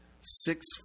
six